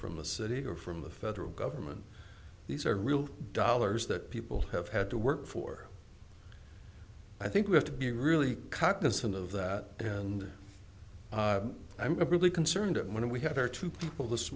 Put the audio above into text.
from the city or from the federal government these are real dollars that people have had to work for i think we have to be really caucus and of that and i'm really concerned when we have our two people this